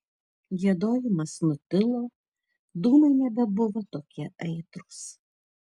giedojimas nutilo dūmai nebebuvo tokie aitrūs